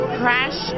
crash